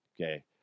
okay